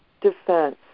defense